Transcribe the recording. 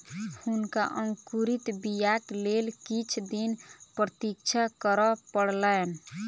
हुनका अंकुरित बीयाक लेल किछ दिन प्रतीक्षा करअ पड़लैन